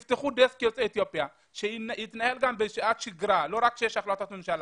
שזה יתנהל גם בשעת שגרה ולא רק כשיש החלטת ממשלה.